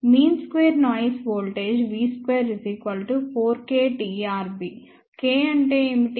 mean square noise voltage v24 kTRB k అంటే ఏమిటి